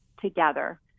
together